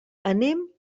anem